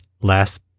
last